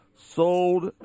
sold